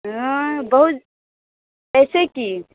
हँ बहुत अयसँ की